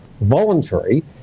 voluntary